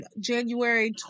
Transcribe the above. January